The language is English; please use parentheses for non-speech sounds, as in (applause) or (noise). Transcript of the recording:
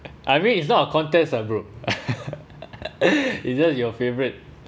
I mean it's not a contest ah bro (laughs) is just your favourite